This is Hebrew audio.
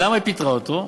למה היא פיטרה אותו?